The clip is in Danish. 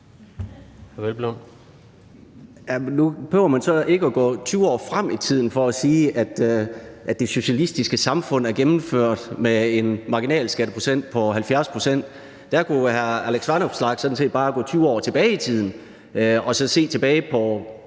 Nu behøver man så ikke at gå 20 år frem i tiden for at sige, at det socialistiske samfund er gennemført med en marginalskatteprocent på 70. Der kunne hr. Alex Vanopslagh sådan set bare gå 20 år tilbage i tiden til f.eks.